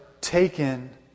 taken